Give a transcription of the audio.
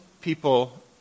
people